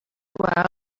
well